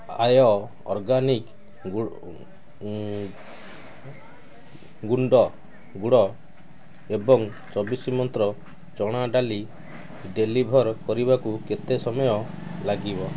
ଆୟ ଅର୍ଗାନିକ୍ ଗୁଣ୍ଡ ଗୁଡ଼ ଏବଂ ଚବିଶି ମନ୍ତ୍ର ଚଣା ଡ଼ାଲି ଡ଼େଲିଭର୍ କରିବାକୁ କେତେ ସମୟ ଲାଗିବ